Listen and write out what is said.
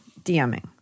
DMing